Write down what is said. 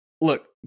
Look